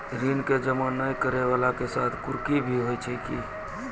ऋण के जमा नै करैय वाला के साथ कुर्की भी होय छै कि?